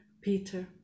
Peter